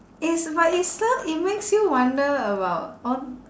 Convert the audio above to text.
it's but it ser~ it makes you wonder about all